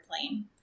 plane